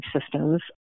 systems